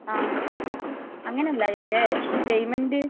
ആ അങ്ങനെ അല്ല ചോദിച്ചത് പേയ്മെൻ്റ്